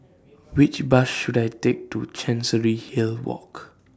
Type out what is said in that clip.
Which Bus should I Take to Chancery Hill Walk